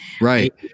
Right